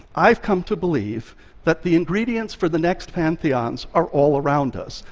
i've come to believe that the ingredients for the next pantheons are all around us,